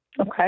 Okay